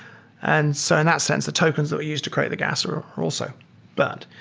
and so and that sense the tokens that were used to create the gas are are also burnt.